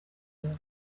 york